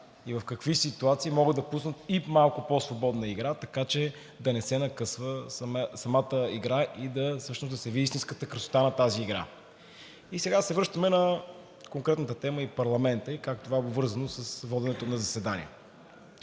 и в какви ситуации могат да пуснат и малко по-свободна игра, така че да не се накъсва самата игра и да се види истинската красота на тази игра. Сега се връщаме на конкретната тема и парламента и как това е обвързано с воденето на заседания.